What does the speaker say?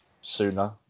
sooner